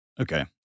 Okay